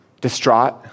distraught